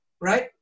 right